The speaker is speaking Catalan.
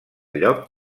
lloc